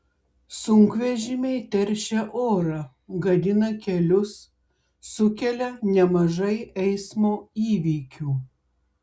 sunkvežimiai teršia orą gadina kelius sukelia nemažai eismo įvykių